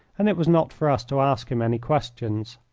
and it was not for us to ask him any questions.